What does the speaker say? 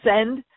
send